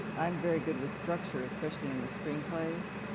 i'm very good with structure, especially in the screenplays,